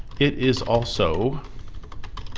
it is also